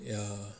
ya